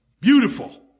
Beautiful